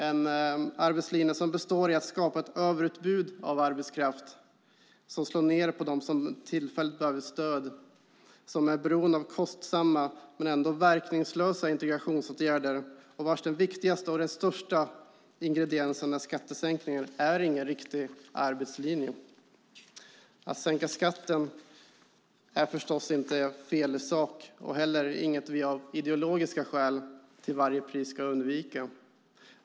En arbetslinje som består i att skapa ett överutbud av arbetskraft, som slår ned på dem som behöver tillfälligt stöd, som är beroende av kostsamma men ändå verkningslösa integrationsåtgärder och vars viktigaste och största ingrediens är skattesänkningar är ingen riktig arbetslinje. Att sänka skatten är förstås inte fel i sak och heller inget vi av ideologiska skäl till varje pris ska undvika.